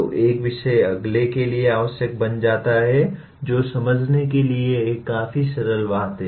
तो एक विषय अगले के लिए आवश्यक बन जाता है जो समझने के लिए एक काफी सरल बात है